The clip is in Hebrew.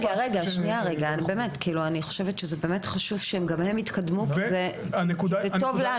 אני חושבת שחשוב שגם הם יתקדמו כי זה טוב לנו.